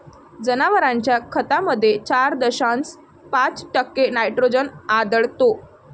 जनावरांच्या खतामध्ये चार दशांश पाच टक्के नायट्रोजन आढळतो